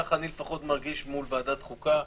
ככה אני לפחות מרגיש מול ועדת החוקה,